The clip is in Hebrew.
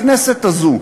הכנסת הזאת,